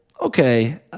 okay